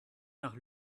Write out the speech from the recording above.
nach